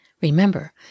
Remember